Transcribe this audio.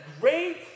great